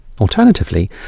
Alternatively